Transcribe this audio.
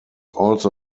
also